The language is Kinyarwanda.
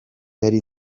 yari